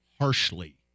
harshly